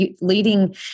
leading